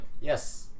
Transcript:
Yes